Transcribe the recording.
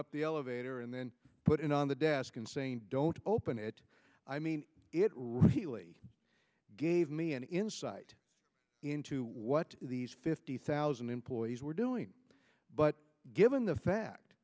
up the elevator and then put it on the desk and saying don't open it i mean it really gave me an insight into what these fifty thousand employees were doing but given the fact